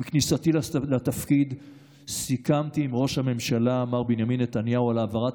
עם כניסתי לתפקיד סיכמתי עם ראש הממשלה מר בנימין נתניהו על העברת